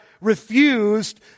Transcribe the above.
refused